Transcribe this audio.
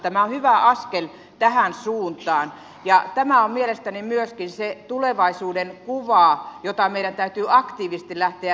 tämä on hyvä askel tähän suuntaan ja tämä on mielestäni myöskin se tulevaisuuden kuva jota meidän täytyy aktiivisesti lähteä edistämään